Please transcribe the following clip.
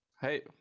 Hey